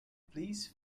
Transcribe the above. please